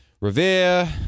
Revere